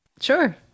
Sure